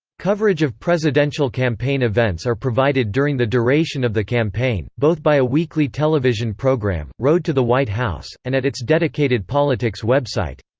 coverage of presidential campaign events are provided during the duration of the campaign, both by a weekly television program, road to the white house, and at its dedicated politics website.